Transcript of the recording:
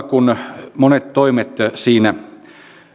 kun monet toimet siinä